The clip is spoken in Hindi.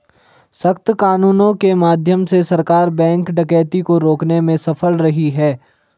सख्त कानूनों के माध्यम से सरकार बैंक डकैती को रोकने में सफल रही है